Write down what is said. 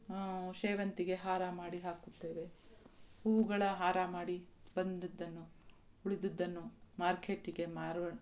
ಸೇವಂತಿಗೆ ಹಾರ ಮಾಡಿ ಹಾಕುತ್ತೇವೆ ಹೂವುಗಳ ಹಾರ ಮಾಡಿ ಬಂದಿದ್ದನ್ನು ಉಳಿದಿದ್ದನ್ನು ಮಾರ್ಕೆಟಿಗೆ ಮಾರು